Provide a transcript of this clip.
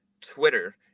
Twitter